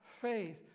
faith